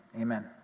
Amen